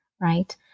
right